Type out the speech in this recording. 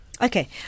Okay